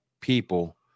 people